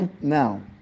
now